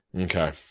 okay